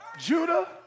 Judah